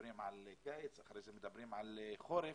מדברים על הקיץ ואחר זה מדברים על החורף